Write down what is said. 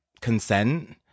consent